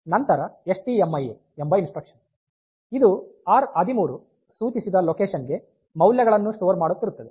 ನಂತರ S T M I A ಎಂಬ instruction ಇದು R13 ಸೂಚಿಸಿದ ಲೊಕೇಶನ್ ಗೆ ಮೌಲ್ಯಗಳನ್ನು ಸ್ಟೋರ್ ಮಾಡುತ್ತಿರುತ್ತದೆ